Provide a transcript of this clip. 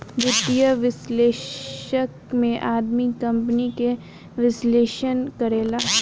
वित्तीय विश्लेषक में आदमी कंपनी के विश्लेषण करेले